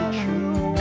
true